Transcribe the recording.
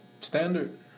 standard